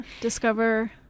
Discover